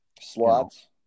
slots